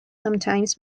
sometimes